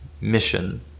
mission